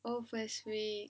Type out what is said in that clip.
oh first week